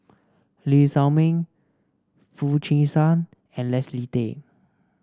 Lee Shao Meng Foo Chee San and Leslie Tay